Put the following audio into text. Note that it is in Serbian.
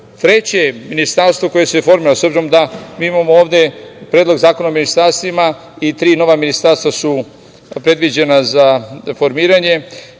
ministarstvo koje se formira, s obzirom da mi imamo ovde Predlog zakona o ministarstvima i tri nova ministarstva su predviđena za formiranje.